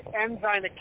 enzyme